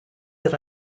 that